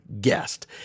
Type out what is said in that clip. guest